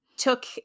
took